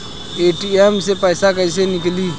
ATM से पैसा कैसे नीकली?